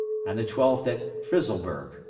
and the twelfth at frizzelburg.